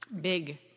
Big